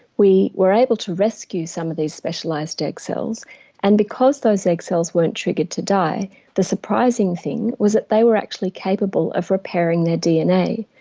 we were able to rescue some of these specialised egg cells and because those egg cells weren't triggered to die the surprising thing was that they were actually capable of repairing their dna.